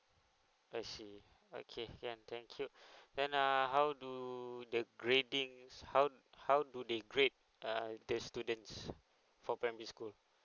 I see okay can thank you then uh how do the grading how how do they grade uh the students for primary school